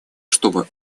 чтобы